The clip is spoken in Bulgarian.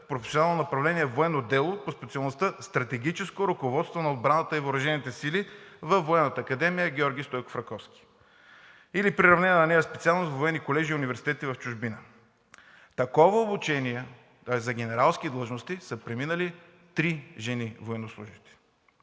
в професионално направление „Военно дело“ по специалността „Стратегическо ръководство на отбраната и въоръжените сили“ във Военната академия „Георги Стойков Раковски“ или приравнената на нея специалност във военни колежи и университети в чужбина. Такова обучение за генералски длъжности са преминали три жени военнослужещи.